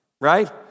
right